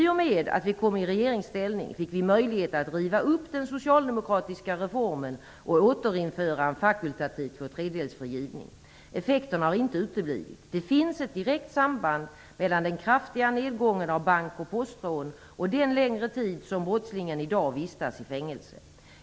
I och med att vi kom i regeringsställning fick vi möjlighet att riva upp den socialdemokratiska reformen och återinföra en fakultativ tvåtredjedelsfrigivning. Effekterna har inte uteblivit. Det finns ett direkt samband mellan den kraftiga nedgången av bank och postrån och den längre tid som brottslingen i dag vistas i fängelse.